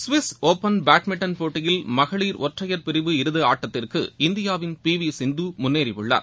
Swiss open badminton போட்டியில் மகளிர் ஒற்றையர் பிரிவு இறுதி ஆட்டத்திற்கு இந்தியாவின் பி வி சிந்து முன்னேறியுள்ளார்